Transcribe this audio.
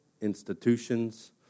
institutions